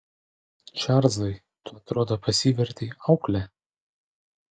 čarlzai tu atrodo pasivertei aukle